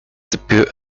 debut